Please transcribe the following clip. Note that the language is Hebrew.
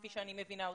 כפי שאני מבינה אותו,